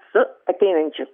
tad su ateinančiu